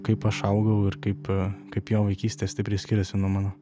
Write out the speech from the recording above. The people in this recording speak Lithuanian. kaip aš augau ir kaip kaip jo vaikystė stipriai skiriasi nuo mano